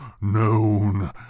known